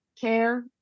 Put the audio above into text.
care